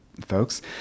folks